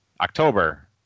October